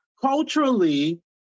culturally